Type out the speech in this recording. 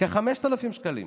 כ-5,000 שקלים.